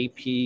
ap